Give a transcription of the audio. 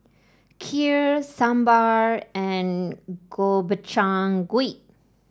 Kheer Sambar and Gobchang Gui